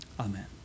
Amen